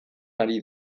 ari